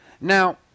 Now